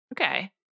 Okay